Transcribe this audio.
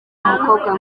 umukobwa